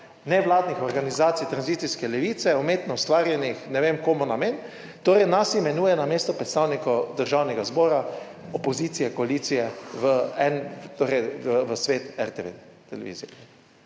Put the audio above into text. nevladnih organizacij tranzicijske levice, umetno ustvarjenih, ne vem komu namen, torej nas imenuje namesto predstavnikov Državnega zbora opozicije, koalicije v en, torej v svet RTV televizije.